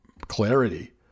clarity